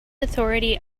authority